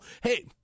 hey